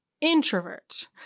introvert